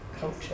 culture